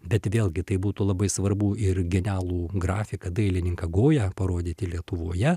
bet vėlgi tai būtų labai svarbu ir genialų grafiką dailininką goją parodyti lietuvoje